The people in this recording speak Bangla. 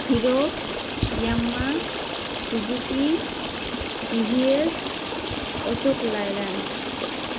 hero Yamaha Suzuki TVS Ashok Leyland